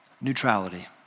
Neutrality